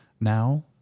Now